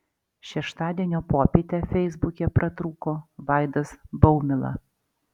šeštadienio popietę feisbuke pratrūko vaidas baumila